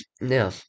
Now